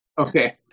Okay